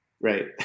Right